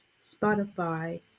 Spotify